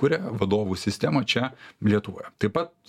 kuria vadovų sistemą čia lietuvoje taip pat